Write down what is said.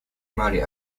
money